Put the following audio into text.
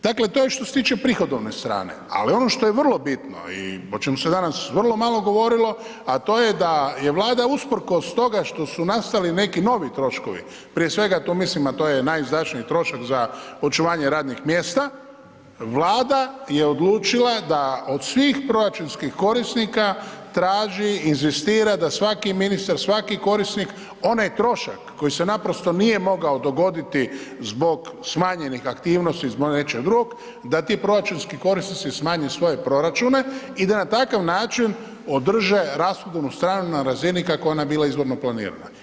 Dakle, to je što se tiče prihodovne strane ali ono što je vrlo bitno i o čemu se danas vrlo malo govorilo a to je da je Vlada usprkos toga što su nastali neki novi troškovi, prije svega tu mislim a to je najizdašniji trošak za očuvanje radnih mjesta, Vlada je odlučila da od svih proračunskih korisnika traži, inzistira da svaki ministar, svaki korisnik onaj trošak koji se naprosto nije mogao dogoditi zbog smanjenih aktivnosti zbog nečeg drugog, da ti proračunski korisnici smanje svoje proračune i da na takav način održe rashodovnu stranu na razini kako je ona bila izvorno planirana.